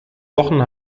wochen